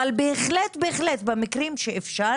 אבל במקרים שאפשר